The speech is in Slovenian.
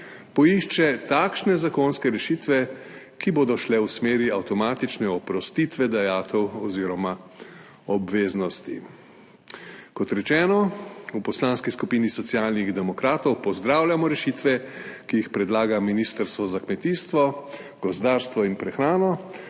poišče takšne zakonske rešitve, ki bodo šle v smeri avtomatične oprostitve dajatev oziroma obveznosti. Kot rečeno, v Poslanski skupini Socialnih demokratov pozdravljamo rešitve, ki jih predlaga Ministrstvo za kmetijstvo, gozdarstvo in prehrano,